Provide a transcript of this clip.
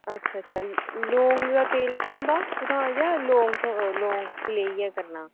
अच्छा अच्छा लौंग दा तेल थ्होंदा कुत्थूं जां लौंग थो लौंग लेइयै करना